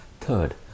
Third